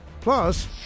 Plus